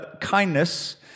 Kindness